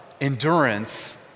endurance